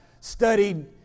studied